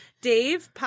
Dave